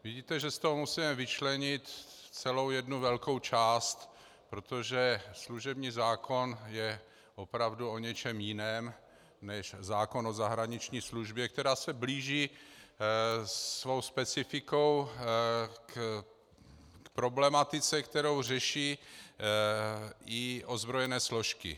Vidíte, že z toho musíme vyčlenit celou jednu velkou část, protože služební zákon je opravdu o něčem jiném než zákon o zahraniční službě, která se blíží svou specifikou k problematice, kterou řeší i ozbrojené složky.